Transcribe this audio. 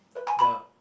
the